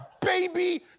baby